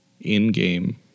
in-game